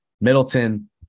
Middleton